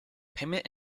payment